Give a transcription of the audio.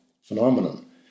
phenomenon